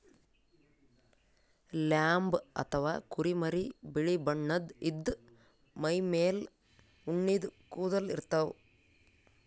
lamb ಅಥವಾ ಕುರಿಮರಿ ಬಿಳಿ ಬಣ್ಣದ್ ಇದ್ದ್ ಮೈಮೇಲ್ ಉಣ್ಣಿದ್ ಕೂದಲ ಇರ್ತವ್